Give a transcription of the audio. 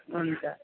हुन्छ